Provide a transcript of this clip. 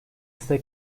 ise